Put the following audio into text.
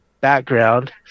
background